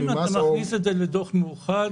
אם אתה מכניס את זה לדוח מאוחד,